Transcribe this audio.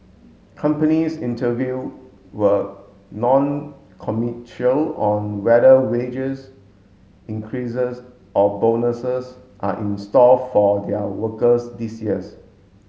companies interview were non on whether wages increases or bonuses are in store for their workers this years